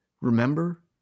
Remember